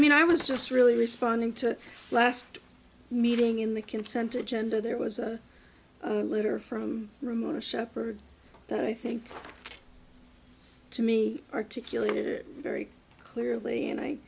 mean i was just really responding to last meeting in the consent to gender there was a letter from ramona shepard that i think to me articulated it very clearly and i